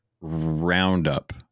roundup